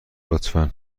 لطفا